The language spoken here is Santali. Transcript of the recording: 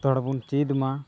ᱡᱚᱛᱚ ᱦᱚᱲ ᱵᱚᱱ ᱪᱮᱫᱢᱟ